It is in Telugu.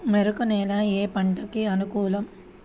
మెరక నేల ఏ పంటకు అనుకూలం?